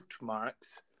marks